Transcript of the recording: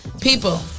People